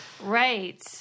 Right